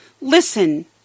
Listen